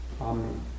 Amen